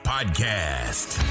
Podcast